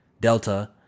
Delta